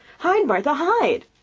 hide, martha, hide!